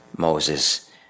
Moses